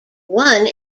one